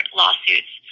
lawsuits